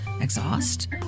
exhaust